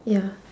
ya